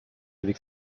avec